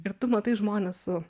ir tu matai žmones su